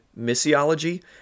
missiology